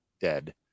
dead